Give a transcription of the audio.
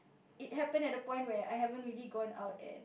it happen at a point where I haven't really gone out and